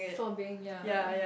for being yea